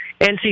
NC